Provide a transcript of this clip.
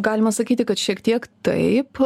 galima sakyti kad šiek tiek taip